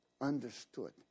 understood